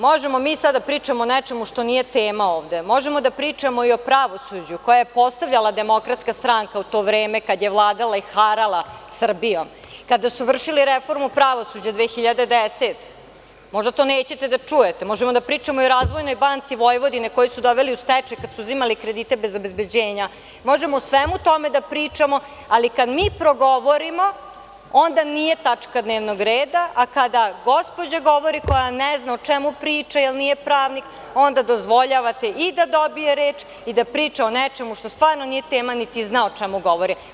Možemo mi sada da pričamo o nečemu što nije tema ovde, možemo da pričamo i o pravosuđe koje je postavljala Demokratska stranka u to vreme kada je vladala i harala Srbijom, kada su vršili reformu pravosuđa 2010. godine, možda to nećete da čujete, možemo da pričamo i o Razvojnoj banci Vojvodine koju su doveli u stečaj kada su uzimali kredite bez obezbeđenja, možemo o svemu tome da pričamo, ali kada mi progovorimo, onda nije tačka dnevnog reda, a kada gospođa govori koja ne zna o čemu priča, jer nije pravnik, onda dozvoljavate i da dobije reč i da priča o nečemu što stvarno nije tema niti zna o čemu govori.